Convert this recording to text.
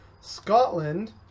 Scotland